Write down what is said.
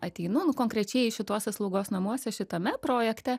ateinu nu konkrečiai šituose slaugos namuose šitame projekte